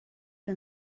que